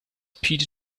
pete